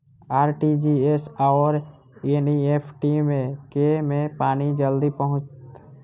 RTGS आओर NEFT मे केँ मे पानि जल्दी पहुँचत